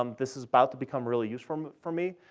um this is about to become really useful for me.